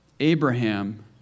Abraham